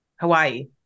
Hawaii